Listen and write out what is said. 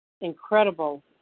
incredible